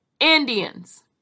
Indians